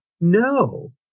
No